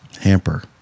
Hamper